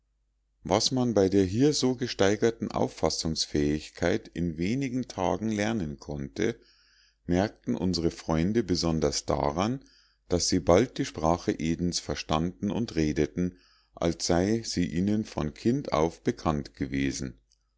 was man bei der hier so gesteigerten auffassungsfähigkeit in wenigen tagen lernen konnte merkten unsre freunde besonders daran daß sie bald die sprache edens verstanden und redeten als sei sie ihnen von kind auf bekannt gewesen